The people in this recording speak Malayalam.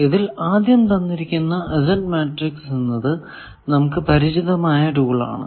ഇതിൽ ആദ്യം തന്നിരിക്കുന്ന Z മാട്രിക്സ് എന്നത് നമുക്ക് പരിചതമായ ടൂൾ ആണ്